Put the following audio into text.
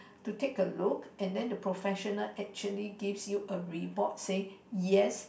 to take a look and then the professional actually gives you a report say yes